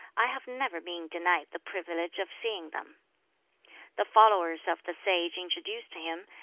i have never been denied the privilege of seeing them the followers of the sage introduced him,